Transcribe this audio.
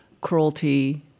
cruelty